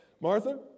Martha